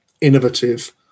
innovative